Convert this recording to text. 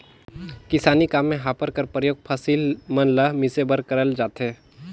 किसानी काम मे हापर कर परियोग फसिल मन ल मिसे बर करल जाथे